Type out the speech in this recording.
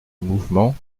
mouvement